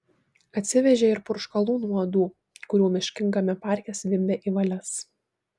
atsivežė ir purškalų nuo uodų kurių miškingame parke zvimbė į valias